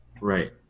Right